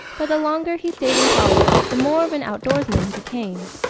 but the longer he stayed in college, the more of an outdoorsman he became.